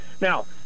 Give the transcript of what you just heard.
Now